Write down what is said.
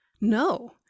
no